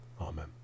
Amen